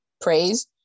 praise